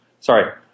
Sorry